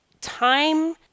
time